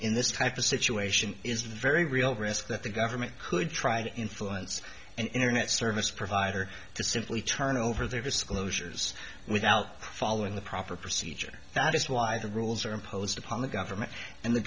in this type of situation is very real risk that the government could try to influence and internet service provider to simply turn over their disclosures without following the proper procedure that is why the rules are imposed upon the government and the